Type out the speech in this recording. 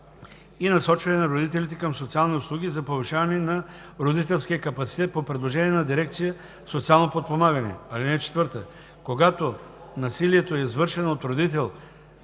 и насочване на родителите към социални услуги за повишаване на родителския капацитет по предложение на дирекция „Социално подпомагане“. (4) Когато насилието е извършено от родител,